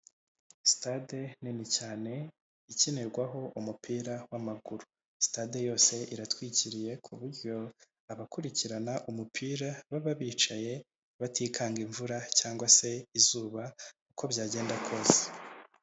Sitade nini cyane ikinirwaho umupira w'amaguru, sitade yose iratwikiriye ku buryo abakurikirana umupira baba bicaye batikanga imvura cyangwa se izuba uko byagenda kose.